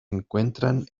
encuentran